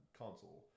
console